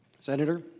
senator.